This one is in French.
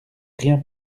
rien